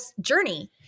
journey